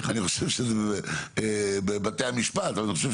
אני חושב